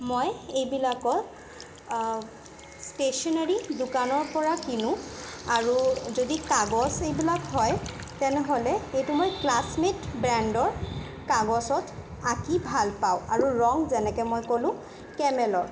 মই এইবিলাকত ষ্টেচনাৰী দোকানৰপৰা কিনো আৰু যদি কাগজ এইবিলাক হয় তেনেহ'লে এইটো মই ক্লাছমেট ব্ৰেণ্ডৰ কাগজত আঁকি ভাল পাওঁ আৰু ৰং যেনেকৈ মই ক'লোঁ কেমেলৰ